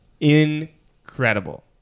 Incredible